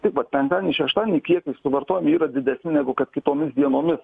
taip vat penktadienį šeštadienį kiekiai suvartojami yra didesni negu kad kitomis dienomis